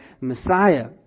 Messiah